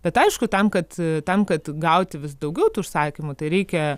bet aišku tam kad tam kad gauti vis daugiau tų užsakymų tai reikia